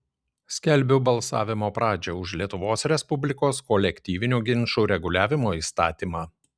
skelbiu balsavimo pradžią už lietuvos respublikos kolektyvinių ginčų reguliavimo įstatymą